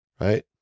right